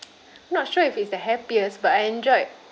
not sure if it's the happiest but I enjoyed